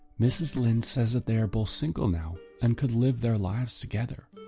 mrs linde says that they are both single now and could live their lives together.